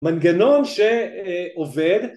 מנגנון שעובד